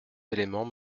éléments